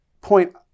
point